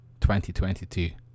2022